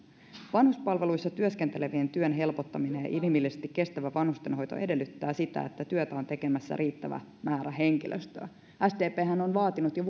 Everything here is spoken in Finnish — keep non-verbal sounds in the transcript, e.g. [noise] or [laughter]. vanhuspalveluissa työskentelevien työn helpottaminen ja inhimillisesti kestävä vanhustenhoito edellyttää sitä että työtä on tekemässä riittävä määrä henkilöstöä sdphän on jo [unintelligible]